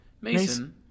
Mason